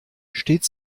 steht